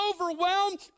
overwhelmed